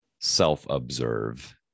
self-observe